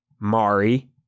Mari